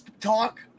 talk